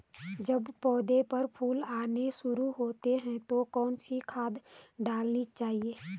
जब पौधें पर फूल लगने शुरू होते हैं तो कौन सी खाद डालनी चाहिए?